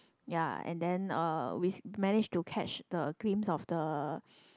ya and then uh we manage to catch the glimpse of the